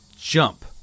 jump